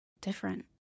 different